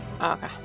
Okay